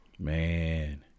man